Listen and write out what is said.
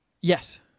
Yes